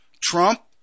Trump